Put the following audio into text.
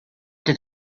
did